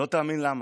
לא תאמין למה.